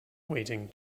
waiting